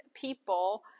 people